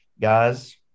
Guys